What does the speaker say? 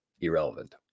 irrelevant